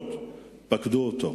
והדתות פקדו אותו,